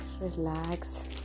relax